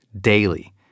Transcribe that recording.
daily